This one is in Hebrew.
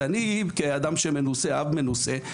ואני כאב מנוסה,